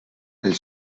elle